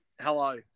hello